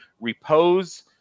repose